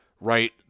right